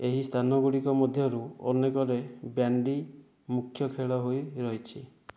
ଏହି ସ୍ଥାନଗୁଡ଼ିକ ମଧ୍ୟରୁ ଅନେକରେ ବ୍ୟାଣ୍ଡି ମୁଖ୍ୟ ଖେଳ ହୋଇ ରହିଛି